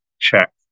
check